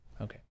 Okay